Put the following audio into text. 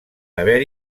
haver